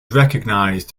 recognised